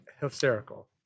hysterical